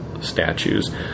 statues